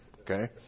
Okay